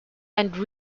and